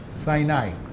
Sinai